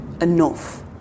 enough